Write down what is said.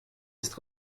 ist